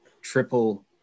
triple